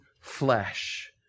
flesh